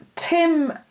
tim